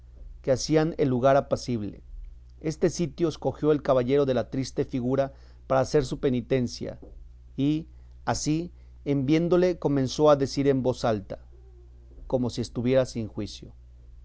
que hacían el lugar apacible este sitio escogió el caballero de la triste figura para hacer su penitencia y así en viéndole comenzó a decir en voz alta como si estuviera sin juicio